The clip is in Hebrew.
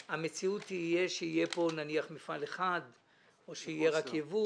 המציאות תהיה שיהיה פה נניח מפעל אחד או שיהיה רק יבוא